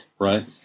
right